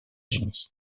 unis